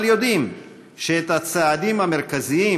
אבל יודעים שאת הצעדים המרכזיים,